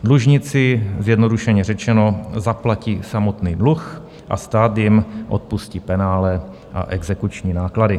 Dlužníci, zjednodušeně řečeno, zaplatí samotný dluh a stát jim odpustí penále a exekuční náklady.